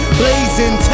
blazing